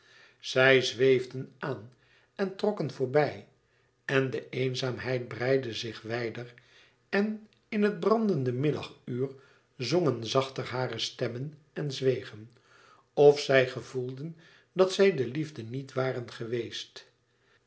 zij zweefden aan en trokken voorbij en de eenzaamheid breidde zich wijder en in het brandende middaguur zongen zachter hare stemmen en zwegen of zij gevoelden dat zij de liefde niet waren geweest